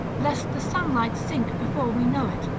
lest the sunlight sink before we know it,